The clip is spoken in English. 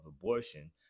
abortion